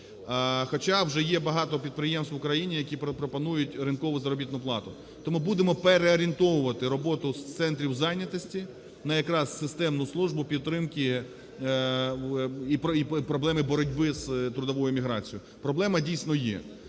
Хоча вже є багато підприємств в Україні, які пропонують ринкову заробітну плату. Тому будемо переорієнтовувати роботу з центрів зайнятості на якраз системну службу підтримки і проблеми боротьби з трудовою міграцією. Проблема дійсно є.